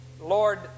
Lord